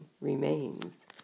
remains